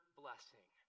blessing